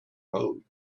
road